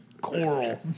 Coral